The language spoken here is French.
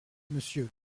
monsieur